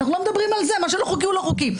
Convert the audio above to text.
אנחנו לא מדברים על זה, מה שלא חוקי הוא לא חוקי.